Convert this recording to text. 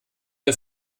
der